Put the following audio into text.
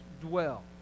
dwell